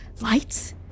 lights